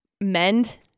mend